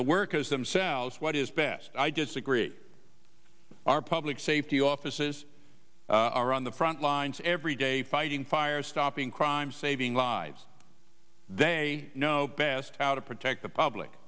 the workers themselves what is best i just agree our public safety offices are on the front lines every day fighting fires stopping crime saving lives they know best how to protect the public